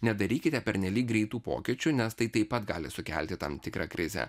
nedarykite pernelyg greitų pokyčių nes tai taip pat gali sukelti tam tikrą krizę